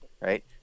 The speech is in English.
right